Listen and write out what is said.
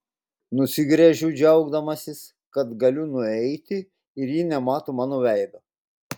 nusigręžiu džiaugdamasis kad galiu nueiti ir ji nemato mano veido